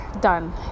done